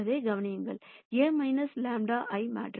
A λ I matrix